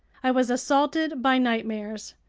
i was assaulted by nightmares.